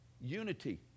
Unity